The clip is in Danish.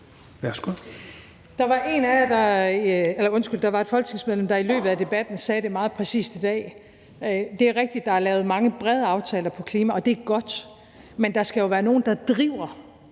Der var et folketingsmedlem, der i løbet af debatten i dag sagde det meget præcist: Det er rigtigt, at der er lavet mange brede aftaler på klimaområdet, og det er godt, men der skal jo være nogle, der driver